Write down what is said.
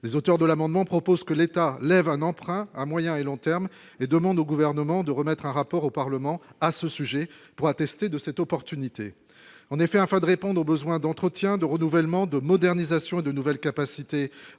les auteurs de l'amendement propose que l'État lève un emprunt à moyen et long terme et demande au gouvernement de remettre un rapport au Parlement à ce sujet pour attester de cette opportunité en effet afin de répondre aux besoins d'entretiens, de renouvellements de modernisation et de nouvelles capacités